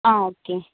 ആ ഓക്കേ